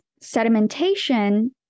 sedimentation